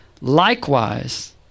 Likewise